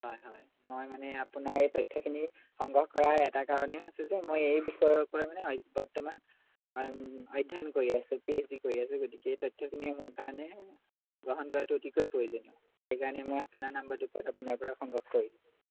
হয় হয় মই মানে আপোনাৰ এই তথ্যখিনি সংগ্ৰহ কৰাৰ এটা কাৰণেই হৈছে যে মই এই বিষয়ৰ ওপৰত মানে মই বৰ্তমান অধ্যয়ন কৰি আছোঁ পি এইচ ডি কৰি আছোঁ গতিকে এই তথ্যখিনি মোৰ কাৰণে গ্ৰহণ কৰাটো অতিকৈ প্ৰয়োজনীয় সেইকাৰণে মই আপোনাৰ নাম্বাৰটোৰ পৰা আপোনাৰ পৰা সংগ্ৰহ কৰি